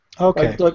Okay